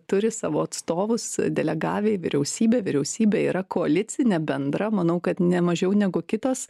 turi savo atstovus delegavę į vyriausybę vyriausybė yra koalicinė bendra manau kad ne mažiau negu kitos